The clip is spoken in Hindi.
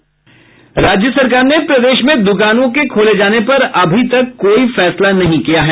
राज्य सरकार ने प्रदेश में दुकानों के खोले जाने पर अभी तक कोई फैसला नहीं किया है